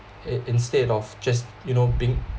it instead of just you know being